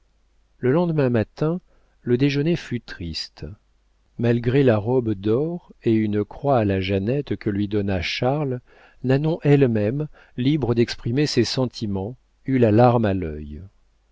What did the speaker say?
le lendemain matin le déjeuner fut triste malgré la robe d'or et une croix à la jeannette que lui donna charles nanon elle-même libre d'exprimer ses sentiments eut la larme à l'œil